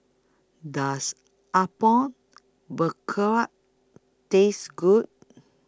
Does Apom Berkuah Taste Good